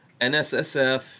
NSSF